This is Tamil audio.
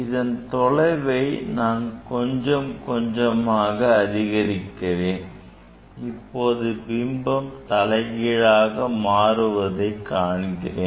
இதன் தொலைவை நான் கொஞ்சம் கொஞ்சமாக அதிகமாக்குகிறேன் இப்போது பிம்பம் தலைகீழாக மாறுவதை காண்கிறேன்